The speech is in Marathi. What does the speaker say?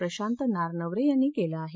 प्रशांत नारनवरे यांनी केलं आहे